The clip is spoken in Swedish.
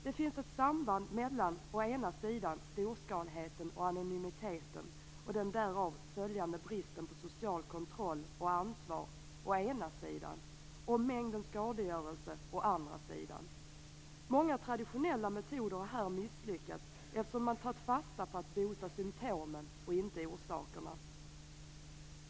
Det finns ett samband mellan storskaligheten och anonymiteten och den därav följande bristen på social kontroll och ansvar å ena sidan och mängden skadegörelse å andra sidan. Många traditionella metoder har misslyckats här eftersom man tagit fasta på att bota symtomen och inte orsakerna.